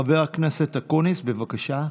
חבר הכנסת אקוניס, בבקשה.